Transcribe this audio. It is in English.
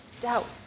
doubt